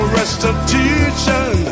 restitution